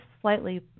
slightly